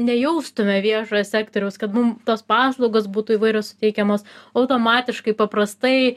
nejaustume viešojo sektoriaus kad mum tos paslaugos būtų įvairios teikiamos automatiškai paprastai